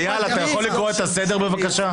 איל, אתה יכול לקרוא את הסדר, בבקשה?